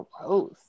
gross